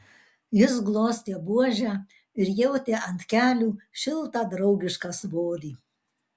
jis glostė buožę ir jautė ant kelių šiltą draugišką svorį